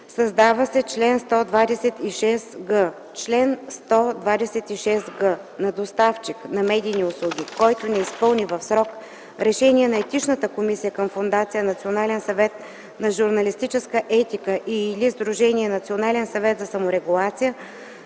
Създава се чл. 126г: „Чл. 126г. На доставчик на медийни услуги, който не изпълни в срок решение на Етичната комисия към Фондация „Национален съвет за журналистическа етика” и/или Сдружение „Национален съвет за саморегулация”,